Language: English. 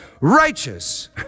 righteous